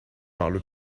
parle